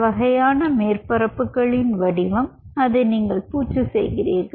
சில வகையான மேற்பரப்புகளின் வடிவம் அதை நீங்கள் பூச்சு செய்கிறீர்கள்